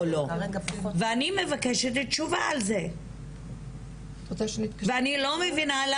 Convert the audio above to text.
או לא ואני מבקשת תשובה על זה ואני לא מבינה,